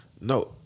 No